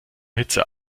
hitze